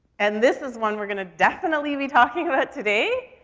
and this is one we're gonna definitely be talking about today.